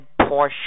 Porsche